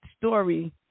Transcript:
story